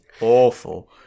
awful